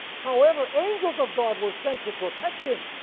however angels of god were sent to protect him,